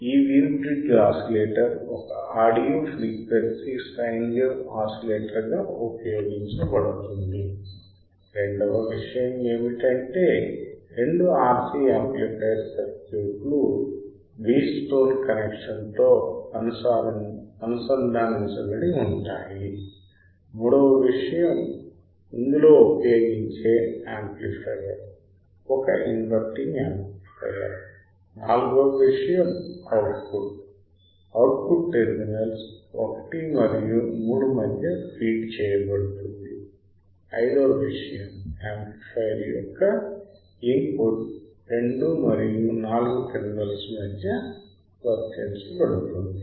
ఈ Wien bridge oscillator ఒక audio frequency sine wave ఆసిలేటర్గా ఉపయోగించబడుతుంది రెండవ విషయం ఏమిటంటే రెండు RC యాంప్లిఫైయర్ సర్క్యూట్ లు వీట్ స్టోన్ కనెక్షన్ తో అనుసంధానించబడి ఉంటాయి మూడవ విషయం ఇందులో ఉపయోగించే యాంప్లిఫయర్ ఒక ఇన్వర్టింగ్ యాంప్లిఫయర్ నాల్గవ విషయం output output terminals 1 మరియు 3 మధ్య ఫీడ్ చేయబడుతుంది ఐదవ విషయం యాంప్లిఫయర్ యొక్క ఇన్ పుట్ 2 మరియు 4 టెర్మినల్స్ మధ్య వర్తించబడుతుంది